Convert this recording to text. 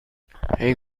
haig